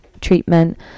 treatment